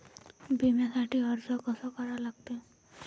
बिम्यासाठी अर्ज कसा करा लागते?